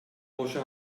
boşa